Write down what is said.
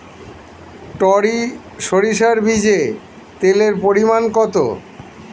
টরি সরিষার বীজে তেলের পরিমাণ কত?